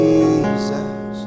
Jesus